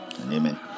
Amen